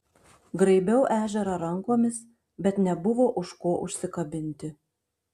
graibiau ežerą rankomis bet nebuvo už ko užsikabinti